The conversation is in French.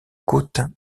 côte